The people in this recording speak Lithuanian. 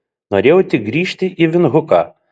norėjau tik grįžti į vindhuką